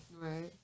Right